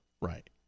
Right